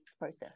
process